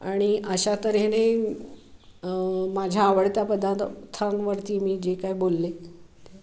आणि अशातऱ्हेने माझ्या आवडत्या पदार्थांवरती मी जे काय बोलले ते